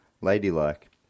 Ladylike